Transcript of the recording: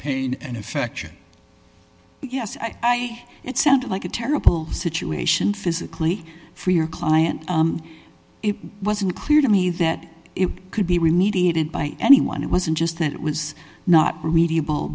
pain and affection yes i it sounded like a terrible situation physically for your client it wasn't clear to me that it could be remediated by anyone it wasn't just that it was not remedia